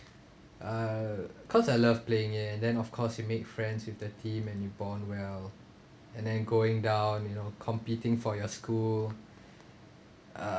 uh cause I love playing it and then of course you make friends with the team and you bond well and then going down you know competing for your school uh